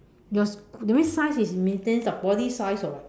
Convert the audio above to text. yours that means size is maintain the body size or what